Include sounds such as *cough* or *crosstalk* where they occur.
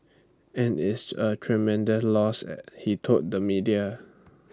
and IT is A *unintelligible* loss he told the media